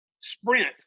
sprint